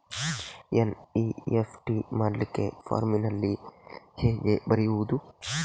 NEFT ಮಾಡ್ಲಿಕ್ಕೆ ಫಾರ್ಮಿನಲ್ಲಿ ಹೇಗೆ ಬರೆಯುವುದು?